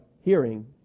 hearing